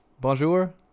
Bonjour